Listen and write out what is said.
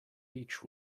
beech